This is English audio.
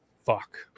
fuck